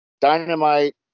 Dynamite